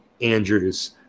Andrews